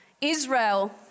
Israel